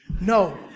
No